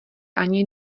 ani